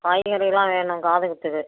காய்கறியெலாம் வேணும் காதுகுத்துக்கு